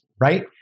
Right